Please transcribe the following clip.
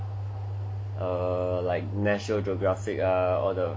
err like national geographic ah all the